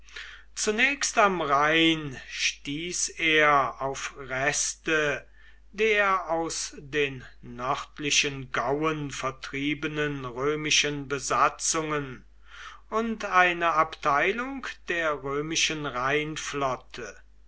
zunächst am rhein stieß er auf reste der aus den nördlichen gauen vertriebenen römischen besatzungen und eine abteilung der römischen